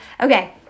Okay